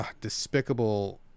despicable